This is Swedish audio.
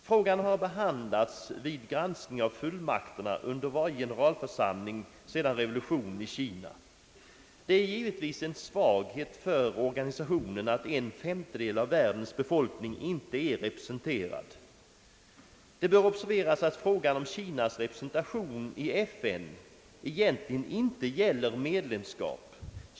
Frågan har behandlats vid granskningen av fullmakterna under varje generalförsamling sedan revolutionen i Kina. Det är givetvis en svaghet för organisationen att en femtedel av världens befolkning inte är representerad. Det bör observeras att frågan om Kinas representation i FN egentligen inte gäller medlemskap.